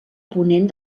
ponent